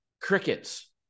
Crickets